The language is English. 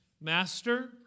Master